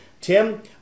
tim